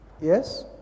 Yes